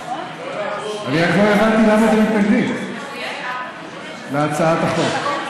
הבנתי למה אתם מתנגדים להצעת החוק.